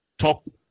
top